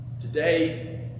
today